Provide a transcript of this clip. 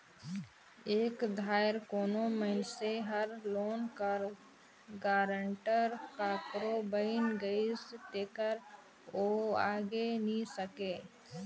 एक धाएर कोनो मइनसे हर लोन कर गारंटर काकरो बइन गइस तेकर ओ भागे नी सके